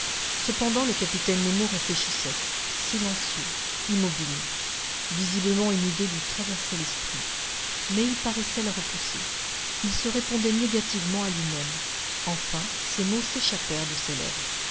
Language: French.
cependant le capitaine nemo réfléchissait silencieux immobile visiblement une idée lui traversait l'esprit mais il paraissait la repousser il se répondait négativement à lui-même enfin ces mots s'échappèrent de ses lèvres